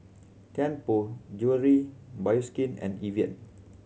Tianpo Jewellery Bioskin and Evian